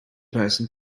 person